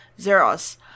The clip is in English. Zeros